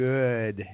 Good